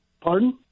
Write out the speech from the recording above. Pardon